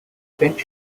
appointed